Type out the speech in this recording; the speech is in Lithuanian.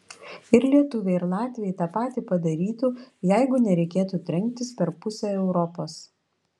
ir lietuviai ar latviai tą patį padarytų jeigu nereikėtų trenktis per pusę europos